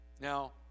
Now